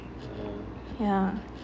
yeah